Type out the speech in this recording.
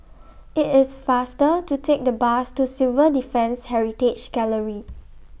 IT IS faster to Take The Bus to Civil Defence Heritage Gallery